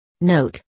Note